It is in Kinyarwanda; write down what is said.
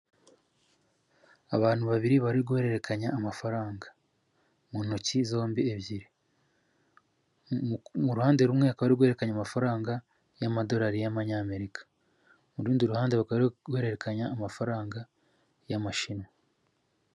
Abantu babiri bari guhererekanya amafaranga, muntoki zombi ebyiri. Muruhande rumwe bakaba bari guhererekanya amafaranga y'amadorari y'Amerika, murundi ruhande bakaba bari guhererekanya amafaranga y'Amashiringi